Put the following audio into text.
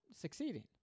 succeeding